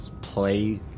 play